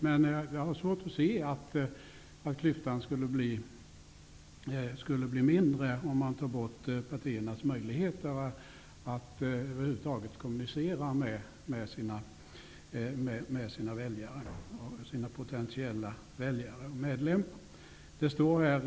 Men jag har svårt att se att klyftorna skulle bli mindre om man tog bort partiernas möjligheter att över huvud taget kommunicera med sina väljare, potentiella väljare och sina medlemmar.